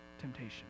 temptation